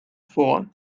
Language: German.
vor